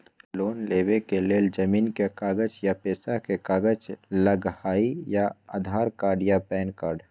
Loan लेवेके लेल जमीन के कागज या पेशा के कागज लगहई या आधार कार्ड या पेन कार्ड?